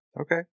Okay